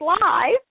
live